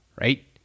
right